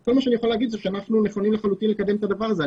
כל מה שאני יכול להגיד שאנחנו נכונים לחלוטין להיכנס לדבר הזה,